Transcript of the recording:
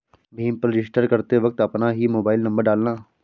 भीम पर रजिस्टर करते वक्त अपना ही मोबाईल नंबर डालना